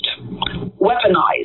weaponized